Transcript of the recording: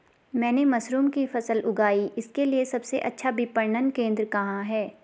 मैंने मशरूम की फसल उगाई इसके लिये सबसे अच्छा विपणन केंद्र कहाँ है?